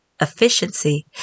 efficiency